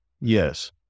Yes